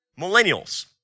Millennials